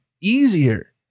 easier